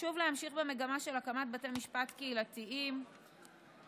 חשוב להמשיך במגמה של הקמת בתי משפט קהילתיים נוספים